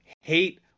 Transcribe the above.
hate